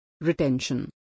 Retention